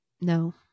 no